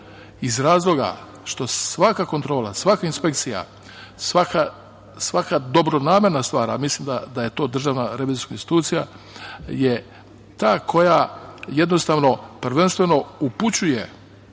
iz razloga što svaka kontrola, svaka inspekcija, svaka dobronamerna stvar, a mislim da je to DRI, je ta koja jednostavno, prvenstveno upućuje